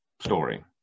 story